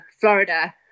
Florida